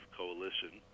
coalition